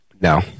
no